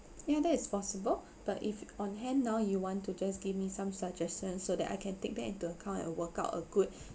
yeah that is possible but if on hand now you want to just give me some suggestions so that I can take that into account and work out a good